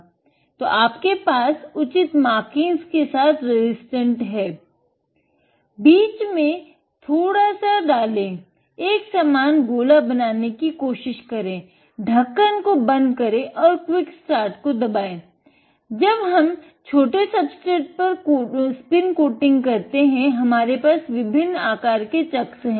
तो आपके पास उचित मार्किंग्स हैं